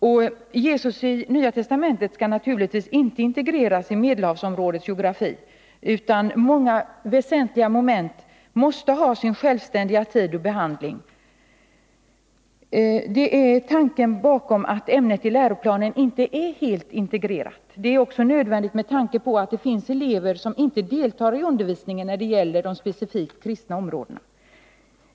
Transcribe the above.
Jesus i Nya testamentet skall naturligtvis inte integreras i Medelhavsområdets geografi, utan många väsentliga moment måste ha sin självständiga tid och behandling. Det är tanken bakom att ämnet iläroplanen inte är helt integrerat. Det är också nödvändigt med tanke på att det finns elever som inte deltar i undervisningen när det gäller de specifikt kristna områdena.